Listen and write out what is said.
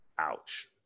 Ouch